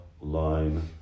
line